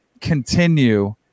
continue